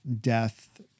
death